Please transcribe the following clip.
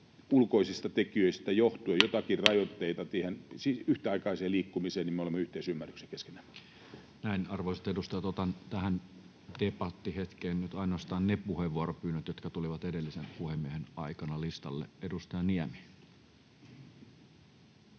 tulisi sitten joitakin rajoitteita, me olemme yhteisymmärryksessä keskenämme. Näin. — Arvoisat edustajat, otan tähän debattihetkeen nyt ainoastaan ne puheenvuoropyynnöt, jotka tulivat edellisen puhemiehen aikana listalle. — Edustaja Niemi.